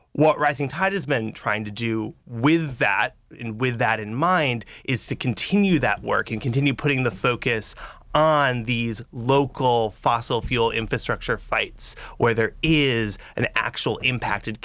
what rising tide has been trying to do with that with that in mind is to continue that work and continue putting the focus on these local fossil fuel infrastructure fights where there is an actual impacted